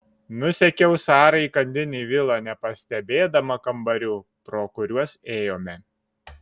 nusekiau sarai įkandin į vilą nepastebėdama kambarių pro kuriuos ėjome